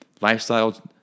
lifestyle